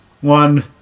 One